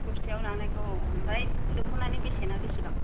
गुस्टियाव लानायखौ औ ओमफाय दख'नानि बेसेना बिसिबां